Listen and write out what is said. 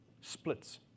splits